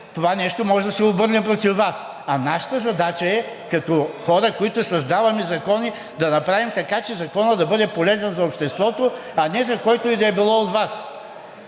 това нещо може да се обърне против Вас, а нашата задача като хора, които създаваме закони, да направим така, че законът да бъде полезен за обществото, а не за който и да било от Вас.